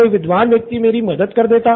कोई विद्वान व्यक्ति मेरी मदद कर देता